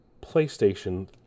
PlayStation